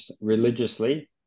religiously